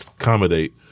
accommodate